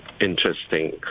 interesting